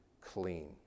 clean